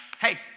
Hey